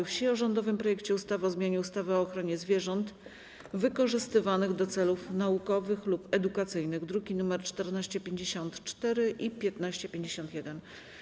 Wsi o rządowym projekcie ustawy o zmianie ustawy o ochronie zwierząt wykorzystywanych do celów naukowych lub edukacyjnych (druki nr 1454 i 1551)